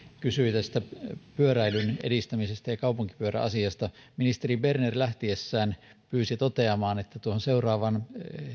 kysyi pyöräilyn edistämisestä ja kaupunkipyörä asiasta ministeri berner lähtiessään pyysi toteamaan että tuohon seuraavaan